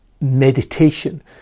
meditation